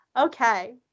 okay